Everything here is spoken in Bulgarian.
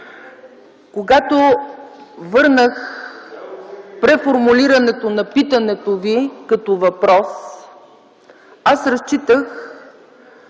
Когато върнах преформулирането на питането Ви като въпрос, аз разчитах,